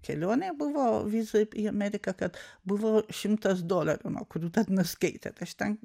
kelionė buvo viza į ameriką kad buvo šimtas dolerių nuo kurių dar nuskaitė tai aš ten